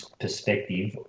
perspective